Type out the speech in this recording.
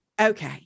okay